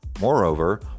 Moreover